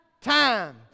time